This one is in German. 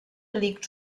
liegt